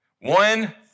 One